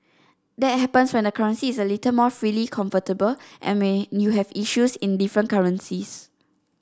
that happens when the currency is a little more freely convertible and when you have issues in different currencies